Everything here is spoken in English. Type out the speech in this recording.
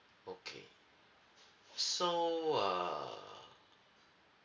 okay so uh